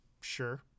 Sure